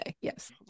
Yes